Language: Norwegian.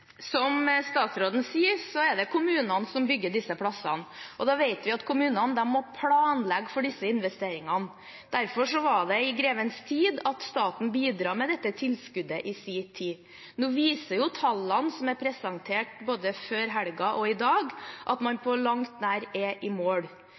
Som statsråden sier, er det kommunene som bygger disse plassene. Da vet vi at kommunene må planlegge for disse investeringene. Derfor var det i grevens tid at staten i sin tid bidro med dette tilskuddet. Nå viser tallene som er presentert både før helgen og i dag, at man